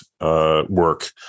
work